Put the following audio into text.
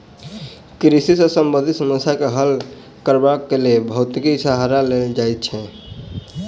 कृषि सॅ संबंधित समस्या के हल करबाक लेल भौतिकीक सहारा लेल जाइत छै